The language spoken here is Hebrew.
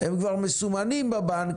הם כבר מסומנים בבנק,